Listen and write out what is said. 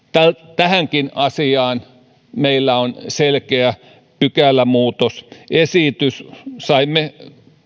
tähänkin asiaan meillä on selkeä pykälämuutosesitys saimme